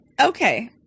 Okay